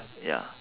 ya